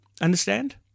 Understand